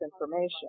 information